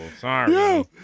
Sorry